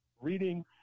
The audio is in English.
reading